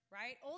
right